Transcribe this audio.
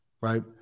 right